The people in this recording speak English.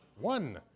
one